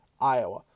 Iowa